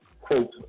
quote